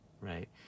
right